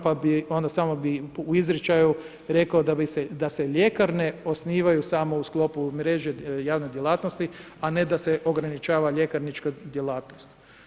Pa bi, onda samo bih u izirčaju rekao da se ljekarne osnivaju samo u sklopu mreže javne djelatnosti a ne da se ograničava ljekarnička djelatnost.